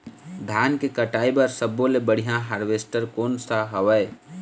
धान के कटाई बर सब्बो ले बढ़िया हारवेस्ट कोन सा हवए?